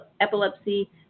epilepsy